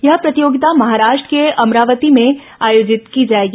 यह प्रतियोगिता महाराष्ट्र के अमरावती में आयोजित की जाएगी